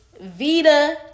Vita